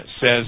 says